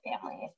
families